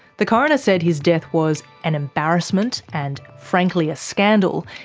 the coroner said his death was an embarrassment and frankly, a scandal.